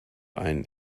ein